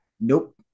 nope